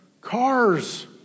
Cars